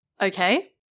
okay